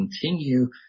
continue